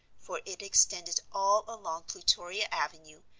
for it extended all along plutoria avenue,